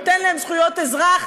ניתן להם זכויות אזרח,